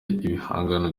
ibihangano